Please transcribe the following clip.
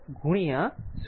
તેથી 30 2 0